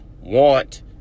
want